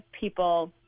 people